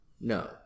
No